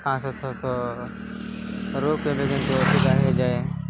ପାଞ୍ଚଶହ ଛଅଶହରୁ କେବେ କେମିତି ଅଧିକା ହେଇ ଯାଏ